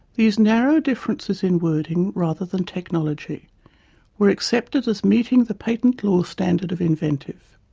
these narrow differences in wording rather than technology were accepted as meeting the patent law standard of inventive.